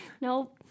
Nope